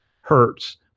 hertz